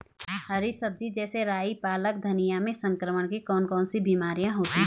हरी सब्जी जैसे राई पालक धनिया में संक्रमण की कौन कौन सी बीमारियां होती हैं?